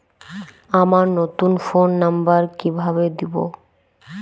আমার নতুন phone number কিভাবে দিবো?